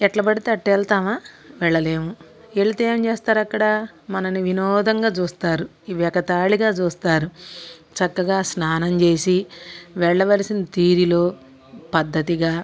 ఎట్లా పడితే అట్టా వెళ్తామా వెళ్ళలేము వెళ్తే ఏం చేస్తారక్కడ మనల్ని వినోదంగా చూస్తారు ఈ వెగతాళిగా చూస్తారు చక్కగా స్నానం చేసి వెళ్ళవలసిన తీరిలో పద్ధతిగా